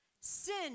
Sin